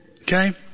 Okay